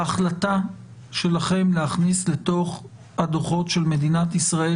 ההחלטה שלכם להכניס לתוך הדוחות של מדינת ישראל